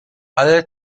ale